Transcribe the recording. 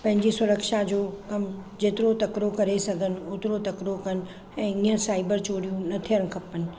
पंहिंजी सुरक्षा जो जेतिरो तकिड़ो करे सघनि ओतिरो तकिड़ो कनि ऐं हीअं साइबर चोरियूं न थियनि खपनि